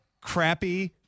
crappy